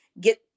get